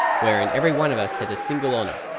wherein every one of us has a single honour,